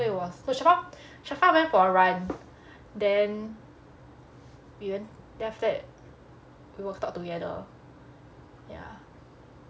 so it was sharfaa sharfaa went for a run then we went then after that we will talk together ya